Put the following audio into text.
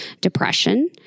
depression